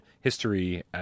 history